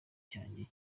cyanjye